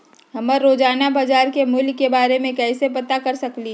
हम रोजाना बाजार के मूल्य के के बारे में कैसे पता कर सकली ह?